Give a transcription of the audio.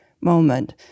moment